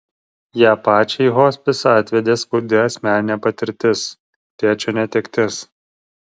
ją pačią į hospisą atvedė skaudi asmeninė patirtis tėčio netektis